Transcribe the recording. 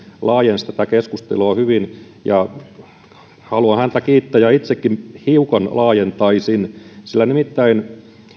laajensi tätä keskustelua hyvin haluan häntä kiittää ja itsekin hiukan laajentaisin nimittäin